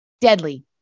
deadly